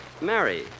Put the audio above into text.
Mary